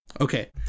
okay